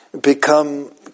become